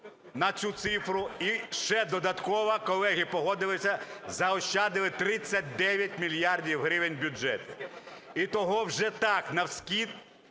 на цю цифру і ще додатково колеги погодилися, заощадили 39 мільярдів гривень бюджету. І того, вже так навскид,